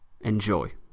Enjoy